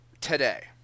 today